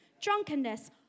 drunkenness